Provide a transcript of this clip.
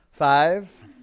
Five